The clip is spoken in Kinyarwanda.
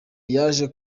yaje